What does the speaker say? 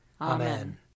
Amen